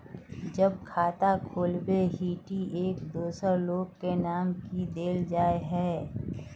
जब खाता खोलबे ही टी एक दोसर लोग के नाम की देल जाए है?